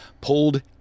pulled